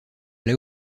alla